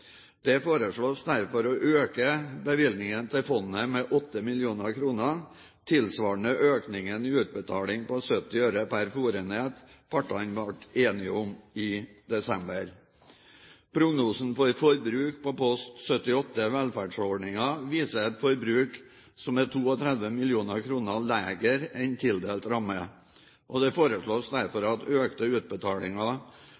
Det foreslås derfor å øke bevilgningen til fondet med 8 mill. kr, tilsvarende økningen i utbetaling på 70 øre per fôrenhet som partene ble enige om i desember. Prognosen for forbruk på post 78, Velferdsordninger, viser et forbruk som er 32 mill. kr lavere enn tildelt ramme, og det foreslås